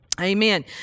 Amen